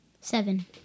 Seven